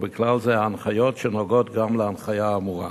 ובכלל זה ההנחיות שנוגעות להנחיה האמורה.